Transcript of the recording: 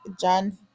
John